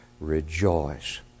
rejoice